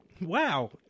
Wow